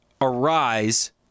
arise